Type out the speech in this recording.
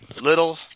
little